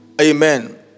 Amen